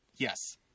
Yes